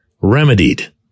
remedied